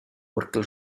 orgel